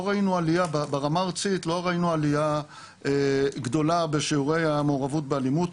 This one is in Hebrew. לא ראינו ברמה הארצית עליה גדולה בשיעורי המעורבות באלימות.